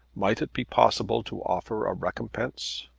might it be possible to offer a recompense?